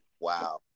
Wow